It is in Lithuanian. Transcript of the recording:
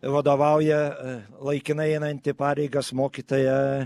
vadovauja laikinai einanti pareigas mokytoja